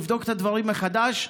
לבדוק את הדברים מחדש,